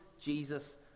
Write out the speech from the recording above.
Jesus